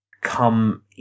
come